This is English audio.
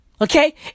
okay